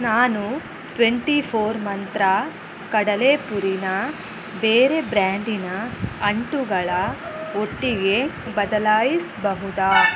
ನಾನು ಟ್ವೆಂಟಿಫೋರ್ ಮಂತ್ರ ಕಡಲೇಪುರಿನ ಬೇರೆ ಬ್ರ್ಯಾಂಡಿನ ಅಂಟುಗಳ ಒಟ್ಟಿಗೆ ಬದಲಾಯಿಸಬಹುದಾ